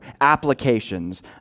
applications